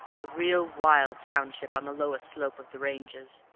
a real wild township on the lower slope of the ranges,